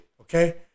Okay